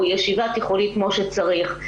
או ישיבה תיכונית כמו שצריך.